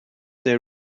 they